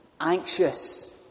anxious